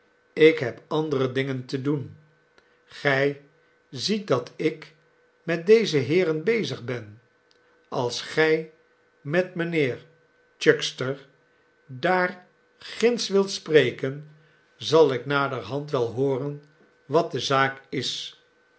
ik heb andere dingen te doen gij ziet dat ik met deze heeren bezig ben als gij met mijnheer chuckster daar ginds wilt spreken zal ik naderhand wel hooren wat de zaak is